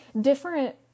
different